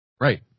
Right